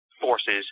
Forces